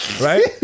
right